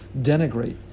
denigrate